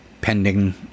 pending